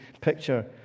picture